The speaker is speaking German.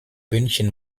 münchen